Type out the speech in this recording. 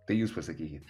tai jūs pasakykit